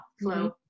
flow